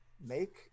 make